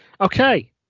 Okay